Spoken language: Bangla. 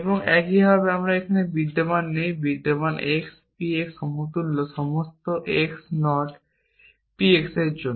এবং একইভাবে এটি বিদ্যমান নেই বিদ্যমান x p x সমতুল্য সমস্ত x নট p x এর জন্য